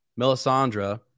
Melisandre